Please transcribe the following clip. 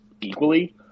equally